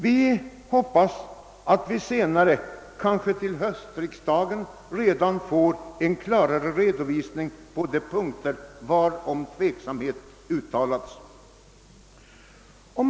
Vi hoppas att vi senare — kanske redan till höstriksdagen — får en klarare redovisning på de punkter varom tveksamhet uttalats.